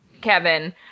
Kevin